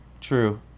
True